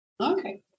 Okay